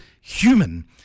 human